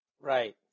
Right